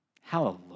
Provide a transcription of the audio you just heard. Hallelujah